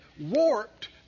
warped